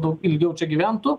daug ilgiau čia gyventų